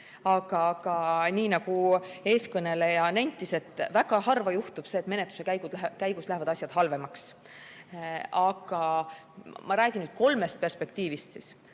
Aga nii nagu eelkõneleja nentis, väga harva juhtub see, et menetluse käigus lähevad asjad halvemaks. Ma räägin nüüd kolmest perspektiivist. Menetluse